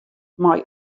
mei